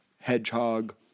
hedgehog